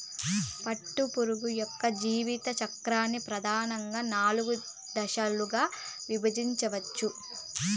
పట్టుపురుగు యొక్క జీవిత చక్రాన్ని ప్రధానంగా నాలుగు దశలుగా విభజించవచ్చు